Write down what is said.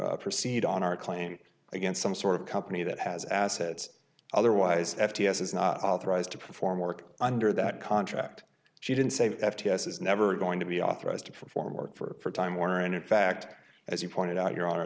proceed on our claim against some sort of company that has assets otherwise f t s is not authorized to perform work under that contract she didn't say f t s is never going to be authorized to perform work for time warner and in fact as you pointed out here